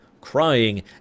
crying